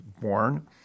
born